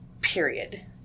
period